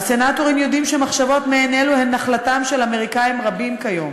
"הסנטורים יודעים שמחשבות מעין אלו הן נחלתם של אמריקאים רבים כיום.